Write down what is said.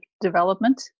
Development